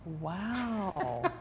Wow